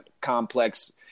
complex